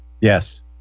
Yes